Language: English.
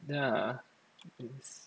yeah it's